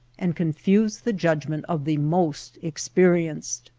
and confuse the judgment of the most experienced.